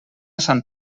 sant